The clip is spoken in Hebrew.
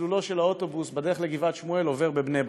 מסלולו של האוטובוס בדרך לגבעת שמואל עובר בבני-ברק.